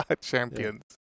Champions